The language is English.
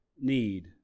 need